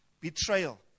betrayal